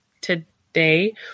today